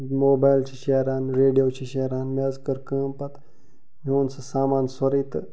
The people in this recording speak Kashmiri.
موبایل چھِ شیران ریڈیو چھِ شیران مےٚ حظ کٔر کٲم پتہٕ مےٚ اوٚن سُہ سمان سورُے تہٕ